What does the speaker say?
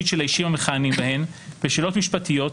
של האישים המכהנים בהן) בשאלות משפטיות נקבעת,